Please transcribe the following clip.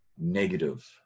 negative